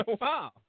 Wow